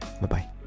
Bye-bye